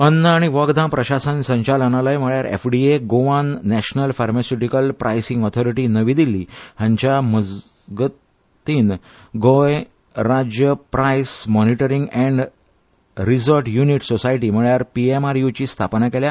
अन्न आनी वखदां प्रशासन संचालनालय म्हळ्यार एफडीए गोवान national pharmaceuticals pricing authority New Delhi हांच्या मजतीन गोंय राज्य price monitoring and resource unit society म्हळ्यार पीएमआरयूची स्थापणूक केल्या